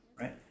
right